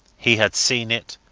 he had seen it,